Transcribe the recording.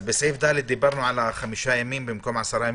בסעיף (ד) דיברנו על חמישה ימים במקום עשרה.